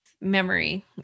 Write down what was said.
memory